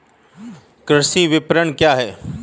कृषि विपणन क्या है?